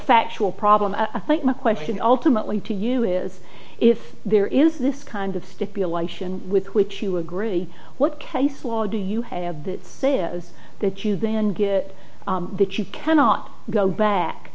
factual problem i think my question ultimately to you is if there is this kind of stipulation with which you agree what case law do you have that say is that you then get that you cannot go back